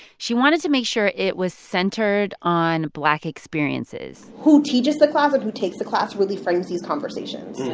she wanted to make sure it was centered on black experiences who teaches the class and who takes the class really frames these conversations,